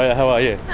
ah how are you?